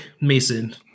Mason